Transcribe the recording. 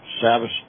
Sabbath